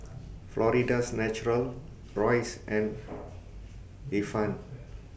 Florida's Natural Royce and Ifan